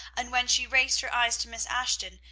and when she raised her eyes to miss ashton,